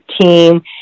team